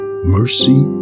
Mercy